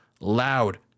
loud